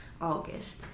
August